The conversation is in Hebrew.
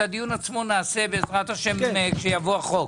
הדיון עצמו נעשה בעזרת השם כשיבוא החוק.